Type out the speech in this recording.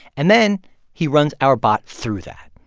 and then he runs our bot through that.